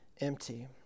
empty